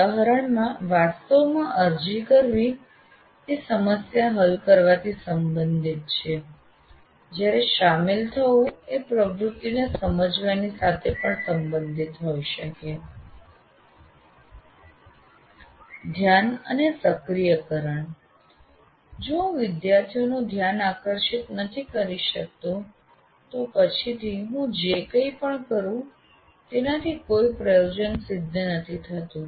ઉદાહરણ તરીકે વાસ્તવમાં અરજી કરવી એ સમસ્યા હલ કરવાથી સંબંધિત છે જ્યારે શામેલ થવું એ પ્રવૃત્તિને સમજવાની સાથે પણ સંબંધિત હોઈ શકે છે ધ્યાન અને સક્રિયકરણ જો હું વિદ્યાર્થીઓનું ધ્યાન આકર્ષિત નથી કરી શકતો તો પછીથી હું જે કંઈ પણ કરું છું તેનાથી કોઈ પ્રયોજન સિદ્ધ નથી થતું